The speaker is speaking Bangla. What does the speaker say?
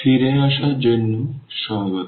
ফিরে আসার জন্য স্বাগত